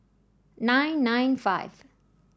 nine nine five